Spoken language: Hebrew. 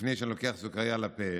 לפני שאני לוקח סוכרייה לפה,